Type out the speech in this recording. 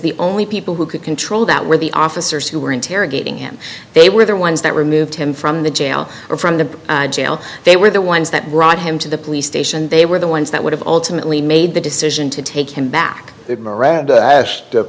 the only people who could control that were the officers who were interrogating him they were the ones that removed him from the jail or from the jail they were the ones that brought him to the police station they were the ones that would have ultimately made the decision to take him back